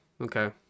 Okay